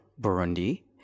Burundi